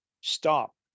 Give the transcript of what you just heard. stop